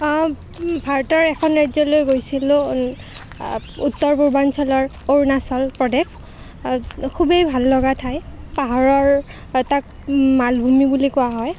ভাৰতৰ এখন ৰাজ্যলৈ গৈছিলো উত্তৰ পূৰ্বাঞ্চলৰ অৰুণাচল প্ৰদেশ খুবেই ভাল লগা ঠাই পাহাৰৰ তাক মালভূমি বুলি কোৱা হয়